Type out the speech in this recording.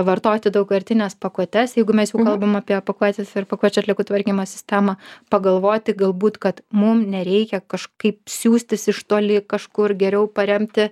vartoti daugkartines pakuotes jeigu mes jau kalbame apie pakuotes ir pakuočių atliekų tvarkymo sistemą pagalvoti galbūt kad mum nereikia kažkaip siųstis iš toli kažkur geriau paremti